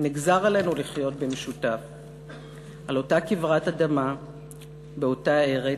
נגזר עלינו לחיות במשותף על אותה כברת אדמה באותה ארץ.